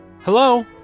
Hello